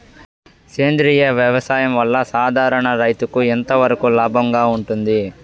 సేంద్రియ వ్యవసాయం వల్ల, సాధారణ రైతుకు ఎంతవరకు లాభంగా ఉంటుంది?